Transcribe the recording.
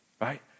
right